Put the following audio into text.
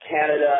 Canada